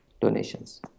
donations